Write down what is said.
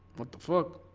what the fuck